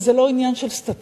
וזה לא עניין של סטטיסטיקות,